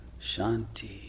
shanti